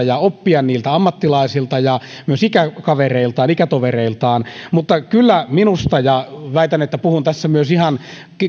ja oppia niiltä ammattilaisilta ja myös ikätovereiltaan ikätovereiltaan mutta kyllä minusta ja väitän että puhun tässä ihan